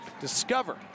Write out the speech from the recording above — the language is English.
discover